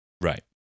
Right